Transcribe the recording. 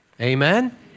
Amen